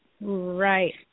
Right